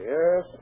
Yes